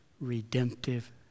redemptive